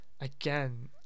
again